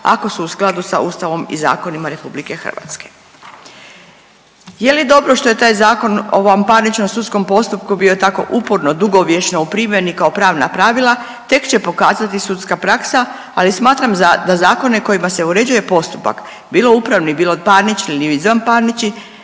ako su u skladu sa Ustavom i zakonima RH. Je li dobro što je taj Zakon o vanparničnom sudskom postupku bio tako uporno dugovječno u primjeni kao pravna pravila tek će pokazati sudska praksa, ali smatram da zakone kojima se uređuje postupak, bilo upravni, bilo parnični ili izvanparnični